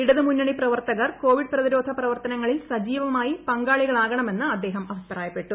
ഇട്ടിരുമുന്നണി പ്രവർത്തകർ കോവിഡ് പ്രതിരോധ പ്രവർത്ത്നങ്ങളിൽ സജീവമായി പങ്കാളികളാകണമെന്ന് അദ്ദേഹം അഭിപ്രായപ്പെട്ടു